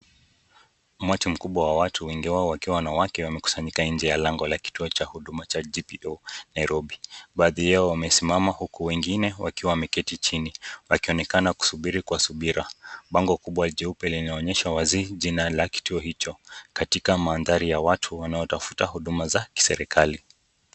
Mkusanyiko mkubwa wa watu, wengi wao wakiwa wanawake, wamekusanyika nje ya lango la kituo cha huduma cha GPO Nairobi. Baadhi yao wamesimama huku wengine wakiwa wameketi chini, wakionekana kusubiri kwa subira. Bango kubwa jeupe linaonyesha wazi jina la kituo hicho, katika mandhari ya watu wanaotafuta huduma za kiserikali.